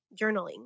journaling